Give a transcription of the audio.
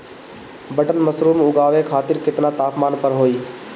Button mushroom उगावे खातिर केतना तापमान पर होई?